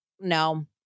No